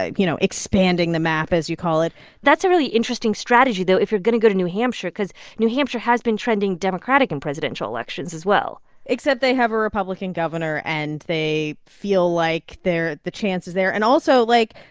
you know, expanding the map, as you call it that's a really interesting strategy, though, if you're going to go to new hampshire cause new hampshire has been trending democratic in presidential elections, as well except they have a republican governor, and they feel like there the chances there. and also, like,